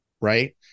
right